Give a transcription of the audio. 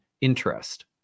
interest